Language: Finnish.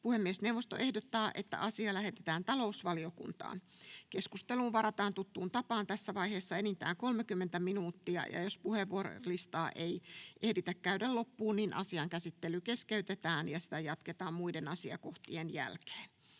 Puhemiesneuvosto ehdottaa, että asia lähetetään talousvaliokuntaan. Keskusteluun varataan tuttuun tapaan tässä vaiheessa enintään 30 minuuttia. Jos puheenvuorolistaa ei ehditä käydä loppuun, asian käsittely keskeytetään ja sitä jatketaan muiden asiakohtien jälkeen.